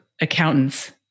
accountants